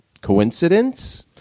Coincidence